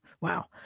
Wow